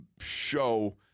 Show